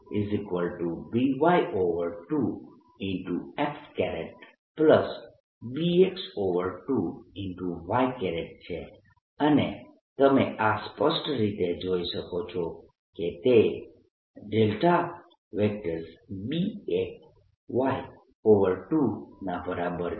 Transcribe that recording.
તો A1 A2By2 xBx2 y છે અને તમે આ સ્પષ્ટ રીતે જોઈ શકો છો કે તે ના બરાબર છે